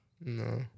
No